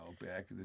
back